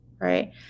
right